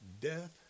death